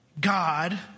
God